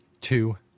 Two